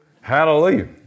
Hallelujah